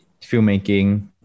filmmaking